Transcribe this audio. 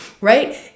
right